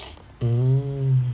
mm